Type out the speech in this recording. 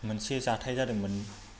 मोनसे जाथाय जादोंमोन